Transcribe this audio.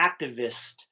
activist